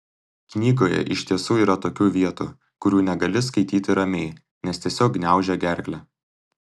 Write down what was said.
knygoje iš tiesų yra tokių vietų kurių negali skaityti ramiai nes tiesiog gniaužia gerklę